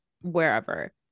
wherever